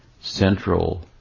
central